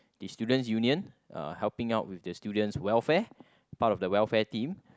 the student's union uh helping out with the student's welfare part of the welfare team